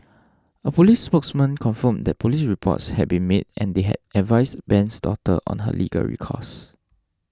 a police spokesman confirmed that police reports had been made and they had advised Ben's daughter on her legal recourse